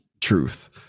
truth